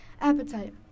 appetite